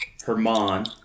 Herman